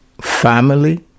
family